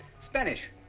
spanish.